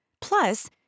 Plus